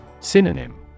Synonym